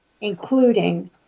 including